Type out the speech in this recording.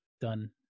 done